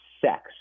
sex